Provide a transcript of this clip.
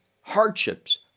hardships